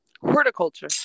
Horticulture